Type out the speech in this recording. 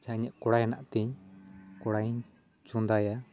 ᱡᱟᱦᱟᱸ ᱤᱧᱟᱹᱜ ᱠᱚᱲᱟᱭ ᱦᱮᱱᱟᱜ ᱛᱤᱧ ᱠᱚᱲᱟᱭ ᱤᱧ ᱪᱚᱸᱫᱟᱭᱟ